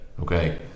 okay